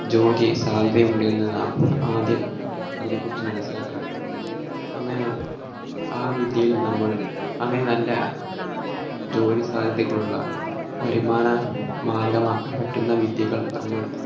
ജോലി സാധ്യതയുണ്ട് എന്നു നാം ആദ്യം അതിനെക്കുറിച്ച് മനസ്സിലാക്കണം അങ്ങനെ ആ വിദ്യയിൽ നമ്മൾ അങ്ങനെ നല്ല ജോലി സാധ്യതയൊക്കെയുള്ള വരുമാന മാർഗ്ഗമാക്കാൻ പറ്റുന്ന വിദ്യകൾ നമ്മൾ